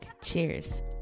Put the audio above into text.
cheers